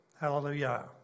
Hallelujah